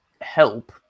help